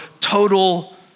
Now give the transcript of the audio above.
total